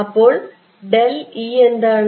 അപ്പോൾ എന്താണ്